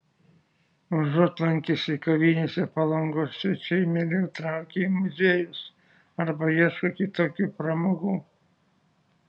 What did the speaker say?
užuot lankęsi kavinėse palangos svečiai mieliau traukia į muziejus arba ieško kitokių pramogų